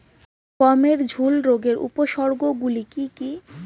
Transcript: গমের ঝুল রোগের উপসর্গগুলি কী কী?